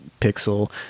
Pixel